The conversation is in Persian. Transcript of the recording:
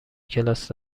کلاس